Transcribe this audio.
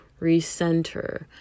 recenter